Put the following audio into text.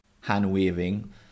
hand-waving